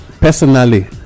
personally